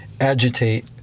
Agitate